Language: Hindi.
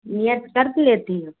कर लेती हो